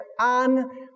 on